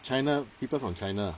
china people from china